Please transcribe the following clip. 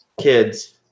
kids